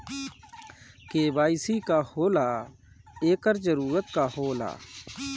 KYC का होला एकर जरूरत का होला?